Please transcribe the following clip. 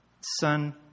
son